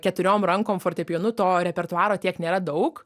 keturiom rankom fortepijonu to repertuaro tiek nėra daug